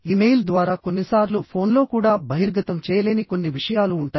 email ద్వారా కొన్నిసార్లు ఫోన్లో కూడా బహిర్గతం చేయలేని కొన్ని విషయాలు ఉంటాయి